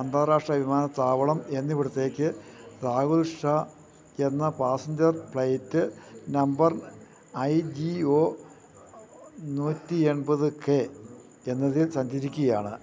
അന്താരാഷ്ട്ര വിമാനത്താവളം എന്നിവിടത്തേക്ക് രാഹുൽ ഷാ എന്ന passenger flight number I G O നൂറ്റി എൺപത് കെ എന്നതിൽ സഞ്ചരിക്കുകയാണ്